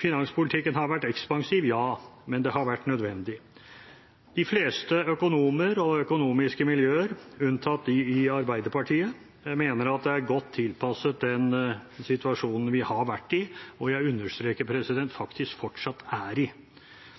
Finanspolitikken har vært ekspansiv, ja, men det har vært nødvendig. De fleste økonomer og økonomiske miljøer, unntatt de i Arbeiderpartiet, mener at det er godt tilpasset den situasjonen vi har vært i, og – jeg understreker – faktisk fortsatt er i.